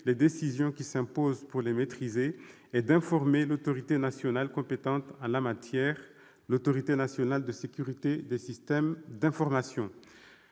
les décisions qui s'imposent pour les maîtriser et d'informer l'autorité nationale compétente en la matière, l'Agence nationale de la sécurité des systèmes d'information,